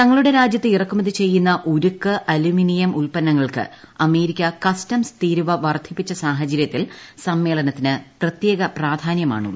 തങ്ങളുടെ രാജ്യത്ത് ഇറക്കുമതി ചെയ്യുന്ന ഉരുക്ക് ആലുമിനിയം ഉൽപന്നങ്ങൾക്ക് അമേരിക്ക കസ്റ്റംസ് തീരുവ വർദ്ധിപ്പിച്ച സാഹചര്യത്തിൽ സമ്മേളനത്തിന് പ്രത്യേക പ്രാധാന്യമാണുള്ളത്